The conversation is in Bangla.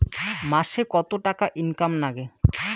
মাসে কত টাকা ইনকাম নাগে?